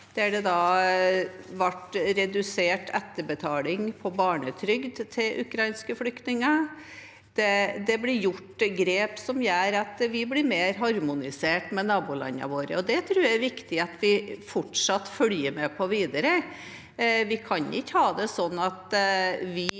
der det ble redusert etter betaling av barnetrygd til ukrainske flyktninger. Det blir gjort grep som gjør at vi blir mer harmonisert med nabolandene våre, og det tror jeg det er viktig at vi fortsatt følger med på videre. Vi kan ikke ha det sånn at vi